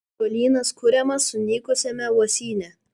ąžuolynas kuriamas sunykusiame uosyne